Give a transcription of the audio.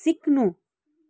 सिक्नु